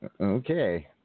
Okay